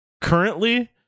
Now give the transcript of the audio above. currently